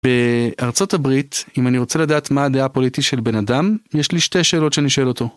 בארה״ב אם אני רוצה לדעת מה הדעה הפוליטית של בן אדם יש לי שתי שאלות שאני שואל אותו.